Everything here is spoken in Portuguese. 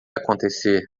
acontecer